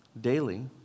daily